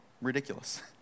ridiculous